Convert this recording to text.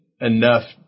enough